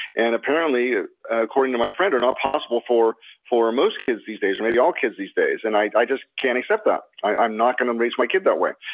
and apparently, according to my friend, are not possible for for most kids these days, maybe all kids these days, and i just can't accept that. i'm not going to um raise my kid that way.